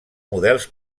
models